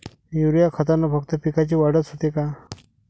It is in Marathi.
युरीया खतानं फक्त पिकाची वाढच होते का?